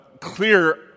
clear